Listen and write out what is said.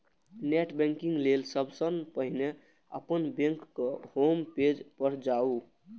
net banking लेल सबसं पहिने अपन बैंकक होम पेज पर जाउ